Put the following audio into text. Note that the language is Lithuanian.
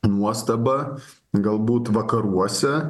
nuostaba galbūt vakaruose